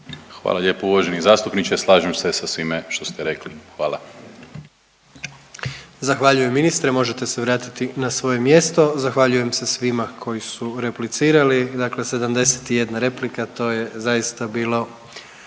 Hvala lijepo uvaženi zastupniče. Slažem se sa svime što ste rekli. Hvala. **Jandroković, Gordan (HDZ)** Zahvaljujem ministre. Možete se vratiti na svoje mjesto. Zahvaljujem se svima koji su replicirali, dakle 71 replika to je zaista bilo